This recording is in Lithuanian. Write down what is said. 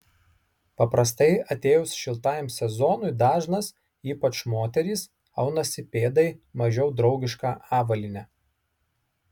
paprastai atėjus šiltajam sezonui dažnas ypač moterys aunasi pėdai mažiau draugišką avalynę